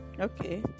Okay